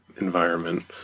environment